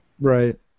Right